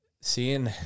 seeing